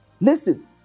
Listen